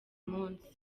munsi